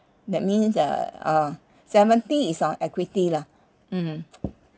that means uh uh seventy is uh equity lah mm